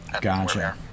Gotcha